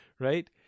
Right